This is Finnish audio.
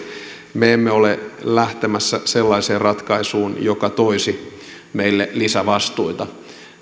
me emme ole lähtemässä sellaiseen ratkaisuun joka toisi meille lisävastuita